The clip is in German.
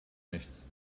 nichts